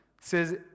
says